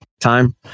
time